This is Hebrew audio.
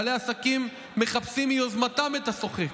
בעלי עסקים מחפשים מיוזמתם את הסוחט